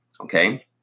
Okay